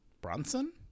Bronson